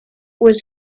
was